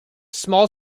small